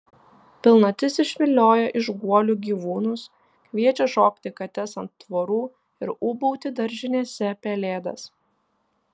pilnatis išvilioja iš guolių gyvūnus kviečia šokti kates ant tvorų ir ūbauti daržinėse pelėdas